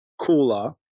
cooler